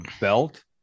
belt